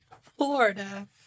Florida